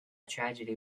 tragedy